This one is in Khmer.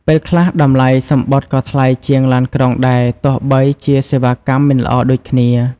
ពេលខ្លះតម្លៃសំបុត្រក៏ថ្លៃជាងឡានក្រុងដែរទោះបីជាសេវាកម្មមិនល្អដូចគ្នា។